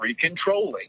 controlling